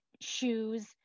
shoes